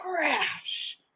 crash